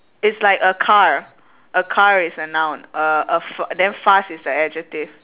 it's like a car a car is a noun uh a f~ then fast is the adjective